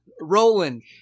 Roland